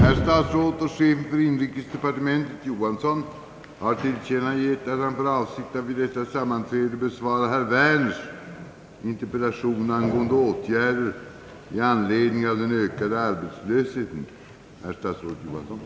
»Är Statsrådet, i anledning av den ökade ungdomsarbetslösheten, beredd att ompröva reglerna för omskolningsbidrag, så att bidrag kan utgå även till dem som ej fyllt 21 år?»; samt